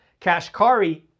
Kashkari